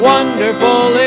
Wonderful